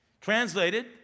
Translated